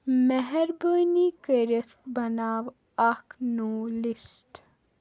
مہربٲنی کٔرِتھ بَناو اَکھ نوٚو لِسٹ